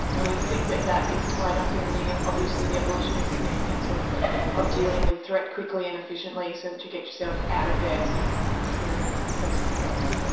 and we think that that is tied up in obviously the evolutionary significance of of dealing with threat quickly and efficiently so that you get yourself out of there when you're feeling personally threatened.